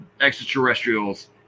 extraterrestrials